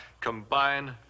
combine